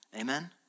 Amen